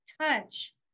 touch